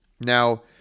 Now